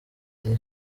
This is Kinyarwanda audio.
ati